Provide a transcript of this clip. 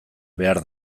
behar